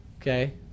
Okay